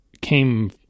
came